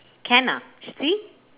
can ah s~ see